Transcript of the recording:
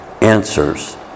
answers